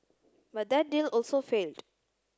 but that deal also failed